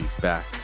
back